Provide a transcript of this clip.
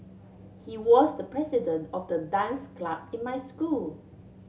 he was the president of the dance club in my school